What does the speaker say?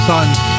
Sons